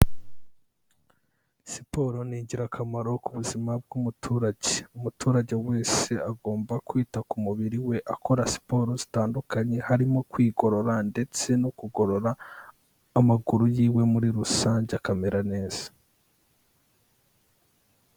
Siporo ni ingirakamaro ku buzima bw'umuturage, umuturage wese agomba kwita ku mubiri we akora siporo zitandukanye, harimo kwigorora ndetse no kugorora amaguru ye muri rusange akamera neza.